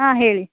ಹಾಂ ಹೇಳಿ